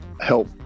help